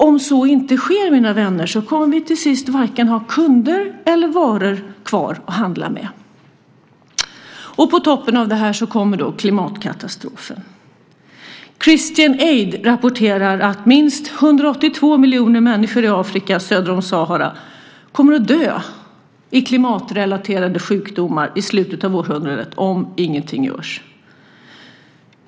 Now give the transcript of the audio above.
Om så inte sker, mina vänner, kommer vi till sist varken ha kunder eller varor kvar att handla med. På toppen av det här kommer klimatkatastrofen. Christian Aid rapporterar att minst 182 miljoner människor i Afrika söder om Sahara kommer att dö i klimatrelaterade sjukdomar i slutet av århundradet - om ingenting görs.